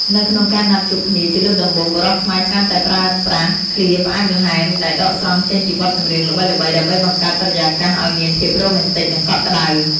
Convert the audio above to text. នៅក្នុងការណាត់ជួបគ្នាជាលើកដំបូង បុរសខ្មែរច្រើនតែប្រើប្រាស់ឃ្លាផ្អែមល្ហែមដែលដកស្រង់ចេញពីបទចម្រៀងល្បីៗ ដើម្បីបង្កើតបរិយាកាសឱ្យមានភាពរ៉ូមែនទិក និងកក់ក្តៅ។